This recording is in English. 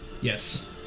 Yes